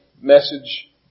message